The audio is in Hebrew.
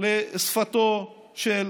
לשפתו של